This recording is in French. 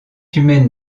humaines